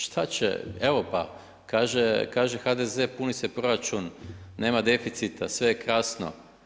Šta će, evo pa kaže HDZ puni se proračun, nema deficita, sve je krasno.